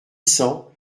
cents